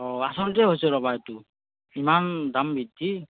অ আচলটোৱে হৈছে ৰ'বা এইটো ইমান দাম বৃদ্ধি